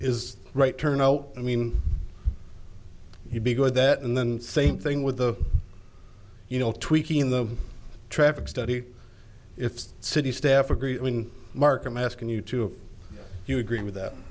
is right turn out i mean you'd be good that and then same thing with the you know tweaking the traffic study if the city staff agree mark i'm asking you to if you agree with that